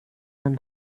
einen